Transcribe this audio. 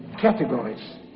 categories